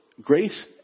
grace